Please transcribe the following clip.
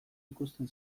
ikusten